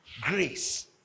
grace